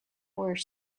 were